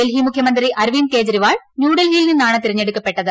ഡൽഹി മുഖ്യമന്ത്രി അരവിന്ദ് കെജ്രിവാൾ ന്യൂഡൽഹിയിൽ നിന്നാണ് തെരഞ്ഞെടുക്കപ്പെട്ടത്